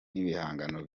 n’ibihangano